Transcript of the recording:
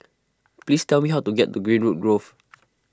please tell me how to get to Greenwood Grove